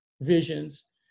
visions